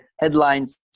headlines